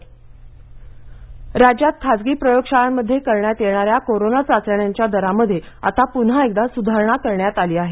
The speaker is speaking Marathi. आरटीपीसीआर राज्यात खासगी प्रयोगशाळांमध्ये करण्यात येणाऱ्या कोरोना चाचण्यांच्या दरांमध्ये आता पुन्हा एकदा सुधारणा करण्यात आली आहे